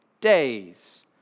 days